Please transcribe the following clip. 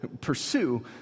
pursue